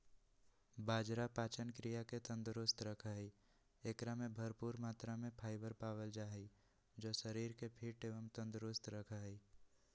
बाजरा पाचन क्रिया के तंदुरुस्त रखा हई, एकरा में भरपूर मात्रा में फाइबर पावल जा हई जो शरीर के फिट एवं तंदुरुस्त रखा हई